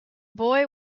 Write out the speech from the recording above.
boy